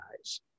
guys